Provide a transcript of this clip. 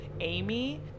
Amy